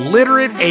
Literate